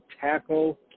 tackle